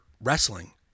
wrestling